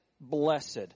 blessed